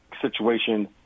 situation